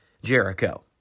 Jericho